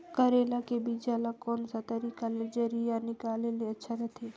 करेला के बीजा ला कोन सा तरीका ले जरिया निकाले ले अच्छा रथे?